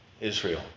Israel